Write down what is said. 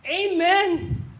amen